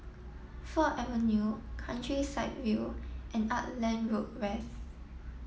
Ford Avenue Countryside View and Auckland Road West